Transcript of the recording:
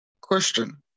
Question